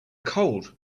cold